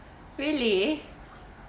really